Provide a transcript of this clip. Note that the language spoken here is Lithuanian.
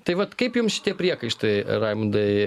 tai vat kaip jum šitie priekaištai raimundai